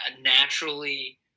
naturally